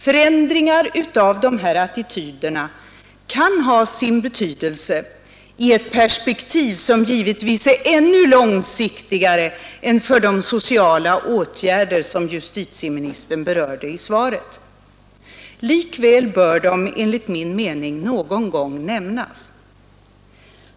Förändringar av de här attityderna kan ha sin Gstydlke i ett perspektiv som givetvis är ännu långsiktigare än för de sociala åtgärder som justitieministern berörde i svaret. Likväl bör de enligt min mening någon gång nämnas.